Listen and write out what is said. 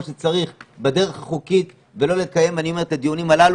תעשייה קיימים לא היו עושים את זה?